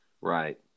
Right